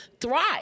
thrive